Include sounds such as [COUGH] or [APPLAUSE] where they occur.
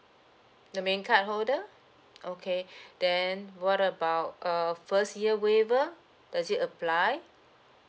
the main cardholder okay [BREATH] then what about uh first year waiver does it apply